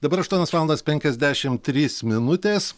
dabar aštuonios valandos penkiasdešimt trys minutės